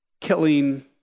killing